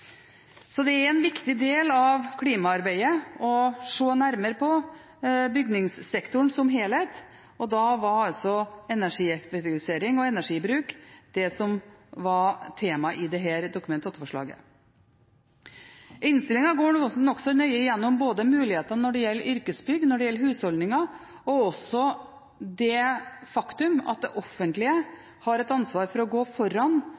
Det er en viktig del av klimaarbeidet å se nærmere på bygningssektoren som helhet, og da var altså energieffektivisering og energibruk det som var temaet i dette Dokument 8-forslaget. Innstillingen går nokså nøye igjennom mulighetene både når det gjelder yrkesbygg, og når det gjelder husholdningene, og også det faktum at det offentlige har et ansvar for å gå foran